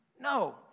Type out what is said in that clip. No